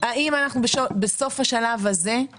האם בסוף השלב הזה אנחנו